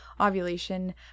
ovulation